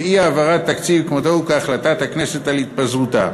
ואי-העברת תקציב כמותה כהחלטת הכנסת על התפזרותה.